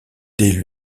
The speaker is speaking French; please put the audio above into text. dès